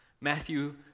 Matthew